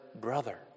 brother